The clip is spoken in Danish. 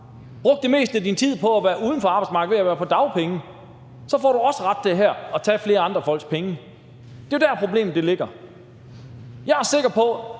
brugt det meste af din tid på at være uden for arbejdsmarkedet ved at have været på dagpenge, så får du også ret til her at tage flere af andre folks penge. Det er jo der, problemet ligger. Jeg er sikker på,